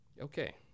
Okay